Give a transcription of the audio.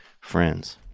friends